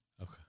Okay